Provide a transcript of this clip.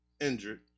injured